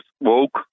woke